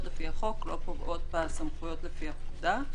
לפי החוק לא פוגעות בסמכויות לפי הפקודה.